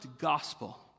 gospel